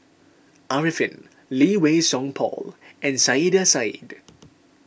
Arifin Lee Wei Song Paul and Saiedah Said